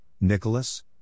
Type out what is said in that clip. Nicholas